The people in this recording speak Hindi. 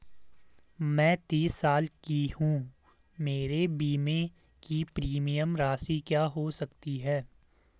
मैं तीस साल की हूँ मेरे बीमे की प्रीमियम राशि क्या हो सकती है?